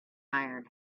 iron